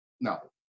No